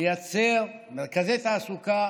לייצר מרכזי תעסוקה